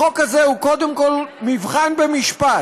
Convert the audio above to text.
החוק הזה הוא קודם כול מבחן במשפט: